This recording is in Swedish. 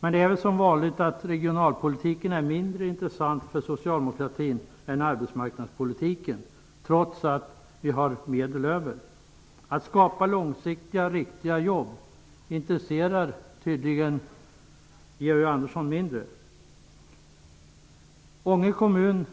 Regionalpolitiken är väl som vanligt mindre intressant för Socialdemokraterna än arbetsmarknadspolitiken, trots att det finns medel över. Att skapa långsiktiga och riktiga jobb intresserar tydligen Georg Andersson mindre. Fru talman!